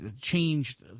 changed